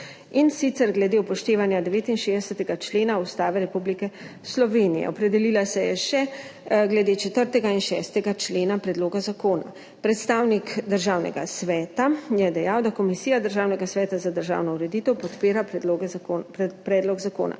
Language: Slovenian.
in sicer glede upoštevanja 69. člena Ustave Republike Slovenije. Opredelila se je še glede 4. in 6. člena predloga zakona. Predstavnik Državnega sveta je dejal, da Komisija Državnega sveta za državno ureditev podpira predlog zakona.